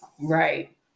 right